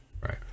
right